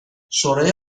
شورای